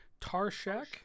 Tarshak